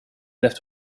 left